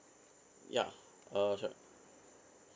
ya uh right